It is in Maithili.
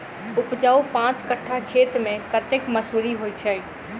उपजाउ पांच कट्ठा खेत मे कतेक मसूरी होइ छै?